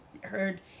heard